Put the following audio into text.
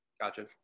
Gotcha